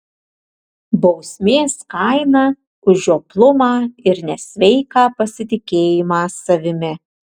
bausmės kaina už žioplumą ir nesveiką pasitikėjimą savimi